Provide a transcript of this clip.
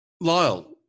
Lyle